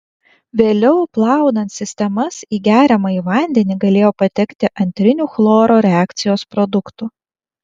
vėliau plaunant sistemas į geriamąjį vandenį galėjo patekti antrinių chloro reakcijos produktų